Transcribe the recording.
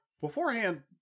Beforehand